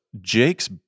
Jake's